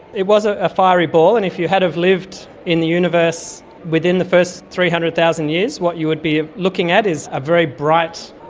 it was ah a fiery ball, and if you had lived in the universe within the first three hundred thousand years, what you would be looking at is a very bright.